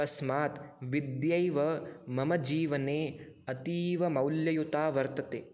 तस्मात् विद्यैव मम जीवने अतीवमौल्ययुता वर्तते